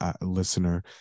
listener